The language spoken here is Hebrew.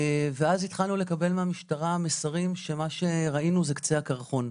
ואז התחלנו לקבל מהמשטרה מסרים שמה שראינו זה קצה הקרחון.